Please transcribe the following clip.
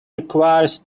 required